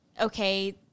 okay